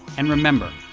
and remember,